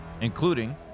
including